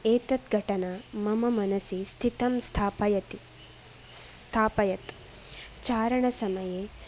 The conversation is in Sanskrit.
एतत् घटना मम मनसि स्थितं स्थापयति स्थापयत् चारणसमये